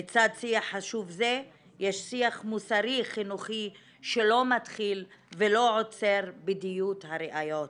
לצד שיח חשוב זה יש שיח מוסרי חינוכי שלא מתחיל ולא עוצר בדיות הראיות,